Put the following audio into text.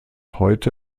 heute